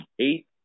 Eight